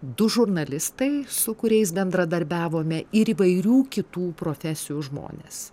du žurnalistai su kuriais bendradarbiavome ir įvairių kitų profesijų žmonės